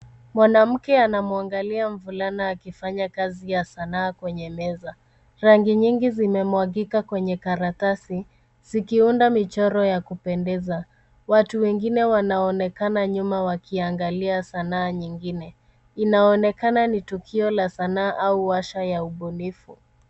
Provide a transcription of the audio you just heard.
Mwanamke anamwangalia mvulana akifanya kazi ya Sanaa kwenye meza. Rangi nyingi zimemwagika kwenye karatasi zikiunda michoro ya kupendeza. Watu wengine wanaonekana nyuma wakiangalia Sanaa nyingine. Inaonekana ni tukio la sanaa au washa ya ubunifu.